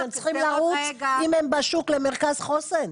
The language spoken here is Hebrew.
אז אם הם בשוק הם צריכים לרוץ למרכז חוסן?